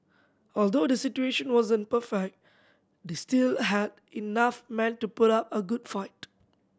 although the situation wasn't perfect they still had enough men to put up a good fight